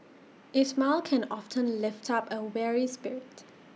it's smile can often lift up A weary spirit